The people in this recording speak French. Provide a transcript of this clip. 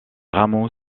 rameaux